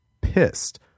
pissed